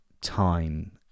time